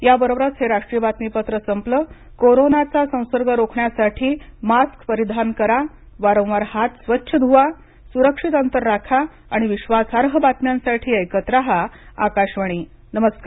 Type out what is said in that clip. याबरोबरच हे राष्ट्रीय बातमीपत्र संपले कोरोनाचा संसर्ग रोखण्यासाठी मास्क परिधान करा वारंवार हात स्वच्छ धुवा सुरक्षित अंतर राखा आणि विश्वासार्ह बातम्यांसाठी ऐकत राहा आकाशवाणी नमस्कार